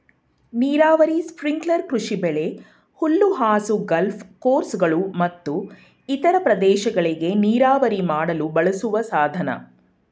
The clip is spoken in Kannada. ನೀರಾವರಿ ಸ್ಪ್ರಿಂಕ್ಲರ್ ಕೃಷಿಬೆಳೆ ಹುಲ್ಲುಹಾಸು ಗಾಲ್ಫ್ ಕೋರ್ಸ್ಗಳು ಮತ್ತು ಇತರ ಪ್ರದೇಶಗಳಿಗೆ ನೀರಾವರಿ ಮಾಡಲು ಬಳಸುವ ಸಾಧನ